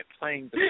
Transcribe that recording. playing